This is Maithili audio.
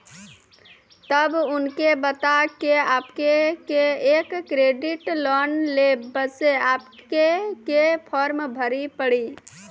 तब उनके बता के आपके के एक क्रेडिट लोन ले बसे आपके के फॉर्म भरी पड़ी?